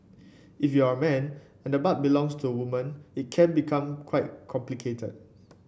if you're a man and the butt belongs to a woman it can become quite complicated